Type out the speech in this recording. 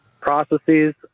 processes